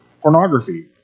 pornography